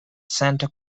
santa